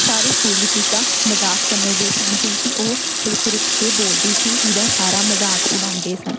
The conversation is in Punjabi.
ਸਾਰੇ ਸਕੂਲ ਵਿੱਚ ਉਸਦਾ ਮਜ਼ਾਕ ਸਮਝਦੇ ਸਨ ਕਿਉਂਕਿ ਉਹ ਰੁਕ ਰੁਕ ਕੇ ਬੋਲਦੀ ਸੀ ਉਹਦਾ ਸਾਰੇ ਮਜ਼ਾਕ ਉਡਾਉਂਦੇ ਸਨ